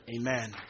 Amen